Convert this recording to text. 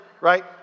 right